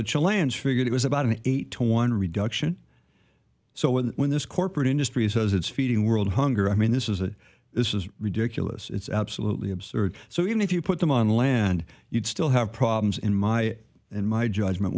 chalange figured it was about an eight to one reduction so when this corporate industry says it's feeding world hunger i mean this is a this is ridiculous it's absolutely absurd so even if you put them on land you'd still have problems in my in my judgment